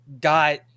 got